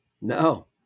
No